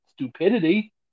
Stupidity